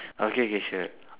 okay K sure